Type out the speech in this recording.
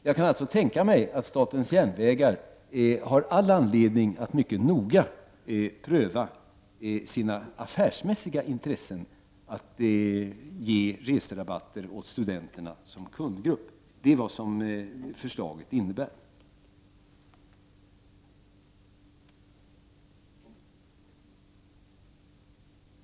Jag kan alltså tänka mig att Statens Järnvägar har all anledning att mycket noga pröva sina affärsmässiga intressen av att ge reserabatter åt studenterna som kundgrupp. Det är vad förslaget innebär.